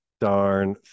darn